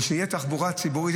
ושתהיה תחבורה ציבורית,